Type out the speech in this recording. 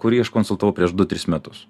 kurį aš konsultavau prieš du tris metus